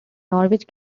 norwich